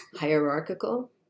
hierarchical